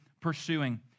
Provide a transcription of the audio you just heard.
pursuing